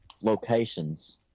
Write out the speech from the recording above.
locations